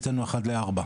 אצלנו אחד לארבע.